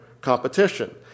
competition